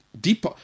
deep